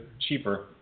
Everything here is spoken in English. cheaper